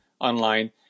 online